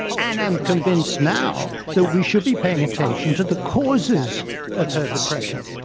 and am convinced now, that we should be paying attention to the causes of her depression.